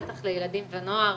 בטח לילדים ונוער,